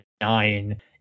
nine